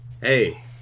Hey